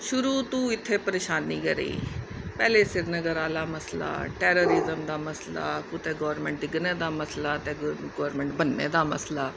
शुरू तूं इत्थै परेशानी गै रेही पैह्ले सिरीनगर आह्ला मसला टैररिजिम जा मसला कुतै गोर्मेंट डिग्गने दा मसला कदें गोर्मेंट बनने दा मसला